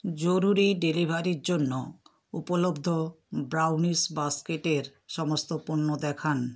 জরুরি ডেলিভারির জন্য উপলব্ধ ব্রাউনিস বাস্কেটের সমস্ত পণ্য দেখান